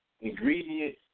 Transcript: ingredient